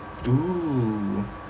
oo